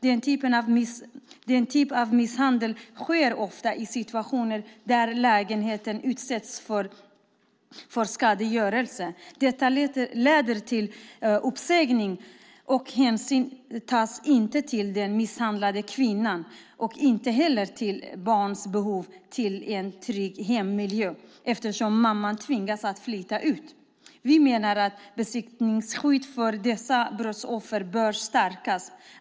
Denna typ av misshandel sker ofta i situationer där lägenheten utsätts för skadegörelse. Detta leder till uppsägning, och hänsyn tas inte till den misshandlade kvinnan och inte heller till barnens behov till en trygg hemmiljö eftersom mamman tvingas att flytta ut. Vi menar att besittningsskyddet för dessa brottsoffer bör stärkas.